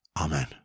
Amen